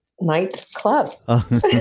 Nightclub